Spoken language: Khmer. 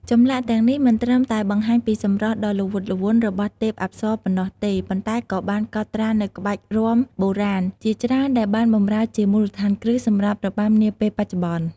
ចម្លាក់ទាំងនេះមិនត្រឹមតែបង្ហាញពីសម្រស់ដ៏ល្វត់ល្វន់របស់ទេពអប្សរប៉ុណ្ណោះទេ ប៉ុន្តែក៏បានកត់ត្រានូវក្បាច់រាំបុរាណជាច្រើនដែលបានបម្រើជាមូលដ្ឋានគ្រឹះសម្រាប់របាំនាពេលបច្ចុប្បន្ន។